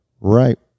right